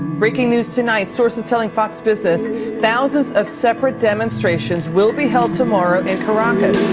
breaking news tonight sources telling fox business thousands of separate demonstrations will be held tomorrow in caracas